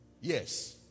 yes